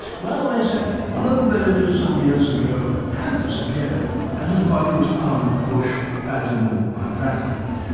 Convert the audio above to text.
well, they said, one of the villagers some years ago had disappeared and his body was found in the bush badly mauled by dragons.